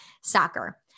soccer